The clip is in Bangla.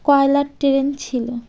কয়লার ট্রেন ছিল